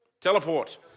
teleport